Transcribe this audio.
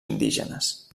indígenes